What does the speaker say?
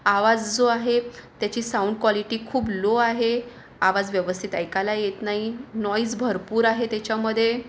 आवाज जो आहे त्याची साऊंड क्वालिटी खूप लो आहे आवाज व्यवस्थित ऐकायला येत नाही नोईस भरपूर आहे त्याच्यामध्ये